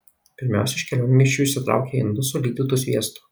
pirmiausia iš kelionmaišių išsitraukia indus su lydytu sviestu